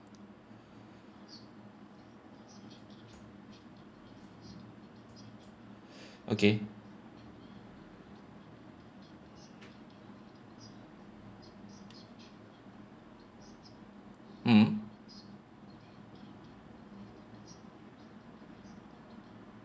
okay mm mm